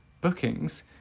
bookings